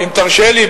אם תרשה לי,